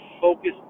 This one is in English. focus